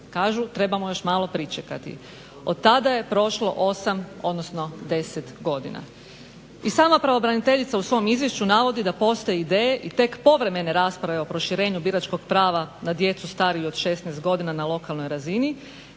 kažu trebamo još malo pričekati. Od tada je prošlo 8 odnosno 10 godina i sama pravobraniteljica u svom izvješću navodi da postoje ideje i tek povremene rasprave o proširenju biračkog prava na djecu stariju od 16 godina na lokalnoj razini